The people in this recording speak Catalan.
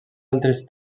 altres